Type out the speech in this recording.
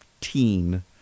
teen